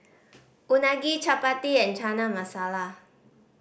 Unagi Chapati and Chana Masala